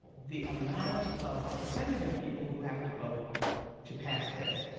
the amount of the percentage of people who have to vote to pass this.